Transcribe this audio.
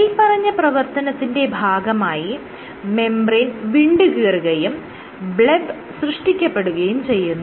മേല്പറഞ്ഞ പ്രവർത്തനത്തിന്റെ ഭാഗമായി മെംബ്രേയ്ൻ വിണ്ടുകീറുകയും ബ്ലെബ് സൃഷ്ടിക്കപ്പെടുകയും ചെയ്യുന്നു